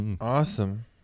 Awesome